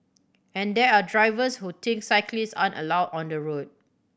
and there are drivers who think cyclists aren't allowed on the road